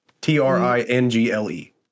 T-R-I-N-G-L-E